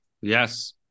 yes